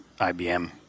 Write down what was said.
IBM